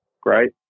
great